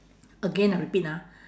again I repeat ah